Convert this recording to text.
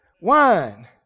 wine